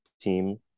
team